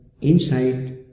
insight